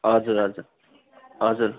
हजुर हजुर हजुर